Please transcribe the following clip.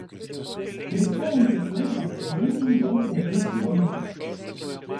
dreifuojantis laivas greitai lėkė rifų link